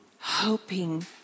hoping